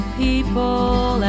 people